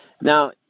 Now